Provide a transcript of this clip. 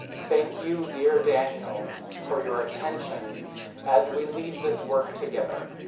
thank you dear daniel for your attention as we lead this work together.